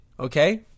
Okay